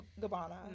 Gabbana